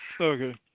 Okay